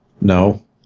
No